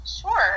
Sure